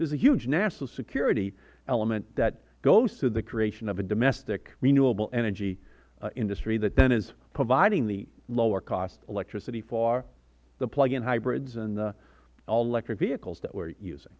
there is a huge national security element that goes to the creation of a domestic renewable energy industry that then is providing the lower cost electricity for the plug in hybrids and all electric vehicles that we are using